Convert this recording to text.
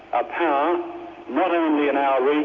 a power not only in our region,